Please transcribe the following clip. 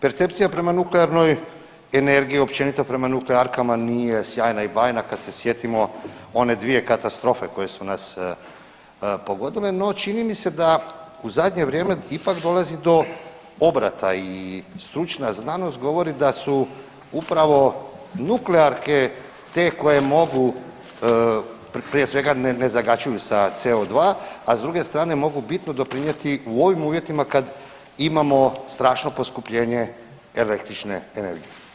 Percepcija prema nuklearnoj energiji općenito prema nuklearkama nije sjajna i bajna kad se sjetimo one dvije katastrofe koje su nas pogodile no čini mi se da u zadnje vrijeme ipak dolazi do obrata i stručna znanost govori da su upravo nuklearke te koje mogu prije svega ne zagađuju sa CO2, a s druge strane mogu bitno doprinijeti u ovim uvjetima kad imamo strašno poskupljenje električne energije.